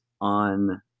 on